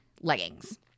leggings